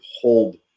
hold